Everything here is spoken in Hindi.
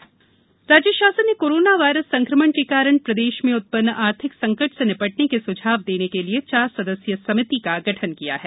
आर्थिक समिति राज्य शासन ने कोरोना वायरस संक्रमण के कारण प्रदेश में उत्पन्न आर्थिक संकट से निपटने के सुझाव देने के लिये चार सदस्यीय समिति का गठन किया है